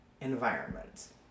environment